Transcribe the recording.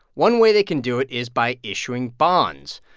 one way they can do it is by issuing bonds.